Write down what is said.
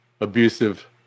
abusive